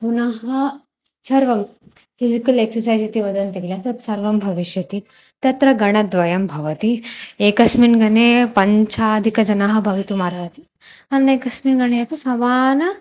पुनः सर्वं physical exercise इति वदन्ति किल तत् सर्वं भविष्यति तत्र गणद्वयं भवति एकस्मिन् गणे पञ्चाधिकजनाः भवितुमर्हन्ति अन्येकस्मिन् गणे अपि समानम्